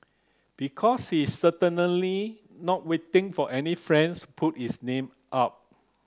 because he is certainly not waiting for any friends put his name up